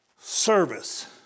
service